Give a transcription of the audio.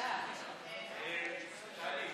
ההצעה